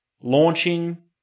launching